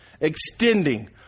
extending